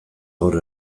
gaur